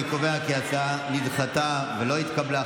אני קובע כי ההצעה נדחתה ולא התקבלה.